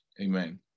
Amen